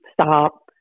stop